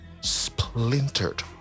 splintered